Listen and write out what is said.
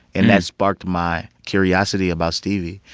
and that sparked my curiosity about stevie.